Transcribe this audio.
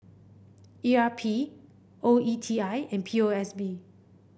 E R P O E T I and P O S B